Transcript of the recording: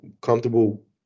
comfortable